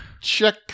Check